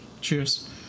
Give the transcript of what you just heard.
Cheers